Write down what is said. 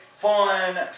fun